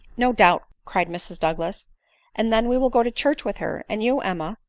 no doubt, cried mrs douglas and then we wid go to church with her, and you, emma,